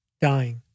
dying